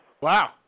Wow